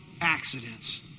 accidents